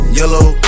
yellow